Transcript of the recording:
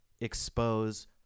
Expose